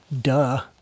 duh